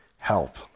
help